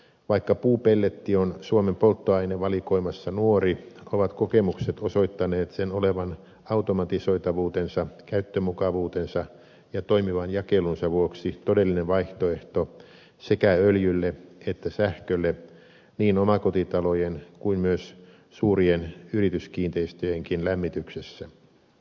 vaikka puupelletti on suomen polttoainevalikoimassa nuori ovat kokemukset osoittaneet sen olevan automatisoitavuutensa käyttömukavuutensa ja toimivan jakelunsa vuoksi todellinen vaihtoehto sekä öljylle että sähkölle niin omakotitalojen kuin myös suurien yrityskiinteistöjenkin lämmityksessä